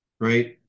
right